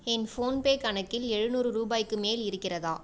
என் PhonePe கணக்கில் எழுநூறு ரூபாய்க்கு மேல் இருக்கிறதா